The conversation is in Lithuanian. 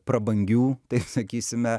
prabangių taip sakysime